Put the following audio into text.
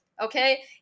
okay